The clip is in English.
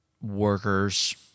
workers